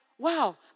Wow